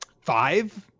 five